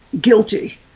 guilty